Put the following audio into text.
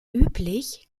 üblich